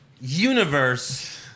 universe